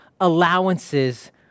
allowances